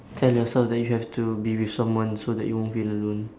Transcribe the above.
tell yourself that you have to be with someone so that you won't feel alone